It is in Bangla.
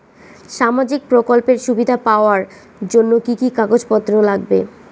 সামাজিক প্রকল্পের সুবিধা পাওয়ার জন্য কি কি কাগজ পত্র লাগবে?